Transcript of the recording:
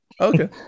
Okay